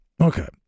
Okay